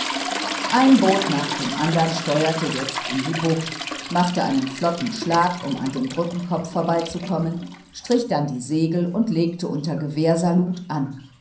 ein boot nach dem andern steuerte jetzt in die bucht machte einen flotten schlag um an dem brückenkopf vorüberzukommen strich dann die segel und legte unter gewehrsalut an